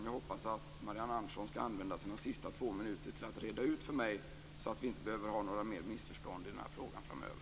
Jag hoppas att Marianne Andersson skall använda sina sista två minuter till att reda ut detta för mig så att vi inte behöver ha några fler missförstånd i den här frågan framöver.